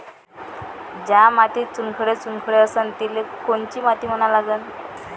ज्या मातीत चुनखडे चुनखडे असन तिले कोनची माती म्हना लागन?